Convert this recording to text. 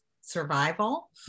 survival